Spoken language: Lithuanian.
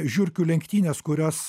žiurkių lenktynės kurios